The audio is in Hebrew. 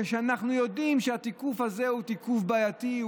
כאשר אנחנו יודעים שהתיקוף הזה הוא תיקוף בעייתי,